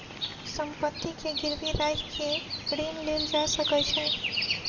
संपत्ति के गिरवी राइख के ऋण लेल जा सकै छै